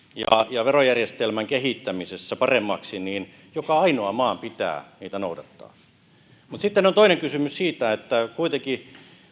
ja verojärjestelmän kehittämisessä paremmaksi joka ainoan maan pitää niitä noudattaa mutta sitten on toinen kysymys että kuitenkin